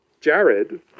Jared